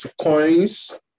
coins